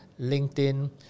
LinkedIn